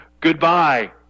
Goodbye